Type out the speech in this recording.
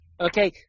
Okay